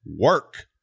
work